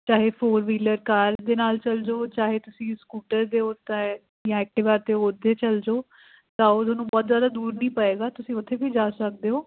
ਚਾਹੇ four wheeler car ਦੇ ਨਾਲ ਚਲੇ ਜੋ ਚਾਹੇ ਤੁਸੀਂ ਸਕੂਟਰ ਦੇ ਓੱਤੇ ਜਾਂ ਐਕਟੀਵਾ 'ਤੇ ਓੱਤੇ ਚਲ ਜਾਓ ਤਾਂ ਉਹ 'ਤੇ ਤੁਹਾਨੂੰ ਬਹੁਤ ਜ਼ਿਆਦਾ ਦੂਰ ਨਹੀਂ ਪਏਗਾ ਤੁਸੀਂ ਉੱਥੇ ਵੀ ਜਾ ਸਕਦੇ ਹੋ